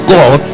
God